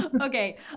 Okay